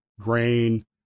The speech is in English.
grain